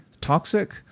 toxic